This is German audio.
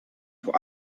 vor